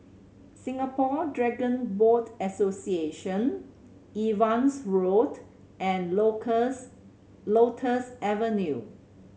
Singapore Dragon Boat Association Evans Road and Lotus Avenue